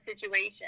situation